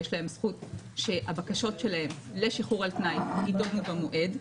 יש להם זכות שהבקשות שלהם לשחרור על תנאי יידונו במועד.